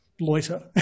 loiter